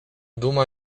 duma